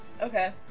Okay